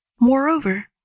Moreover